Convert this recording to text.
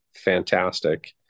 fantastic